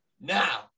Now